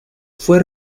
fue